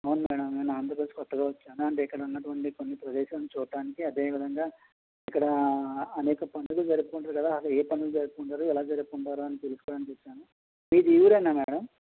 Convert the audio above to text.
అవును మేడం నేను ఆంధ్రప్రదేశ్కి కొత్తగా వచ్చాను అండ్ ఇక్కడ ఉన్నటువంటి కొన్ని ప్రదేశాలను చూడ్డానికి అదేవిధంగా ఇక్కడ అనేక పండుగలు జరుపుకుంటారు కదా అది ఏ పండుగ జరుపుకుంటారు ఎలా జరుపుకుంటారు అని తెలుసుకోవడానికి వచ్చాను మీది ఈ ఊరేనా మేడం